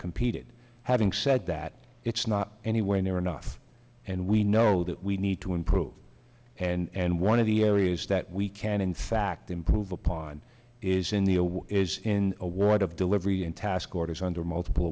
competed having said that it's not anywhere near enough and we know that we need to improve and one of the areas that we can in fact improve upon is in the is in award of delivery in task orders under multiple